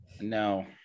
No